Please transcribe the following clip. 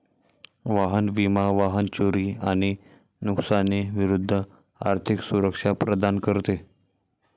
वाहन विमा वाहन चोरी आणि नुकसानी विरूद्ध आर्थिक सुरक्षा प्रदान करते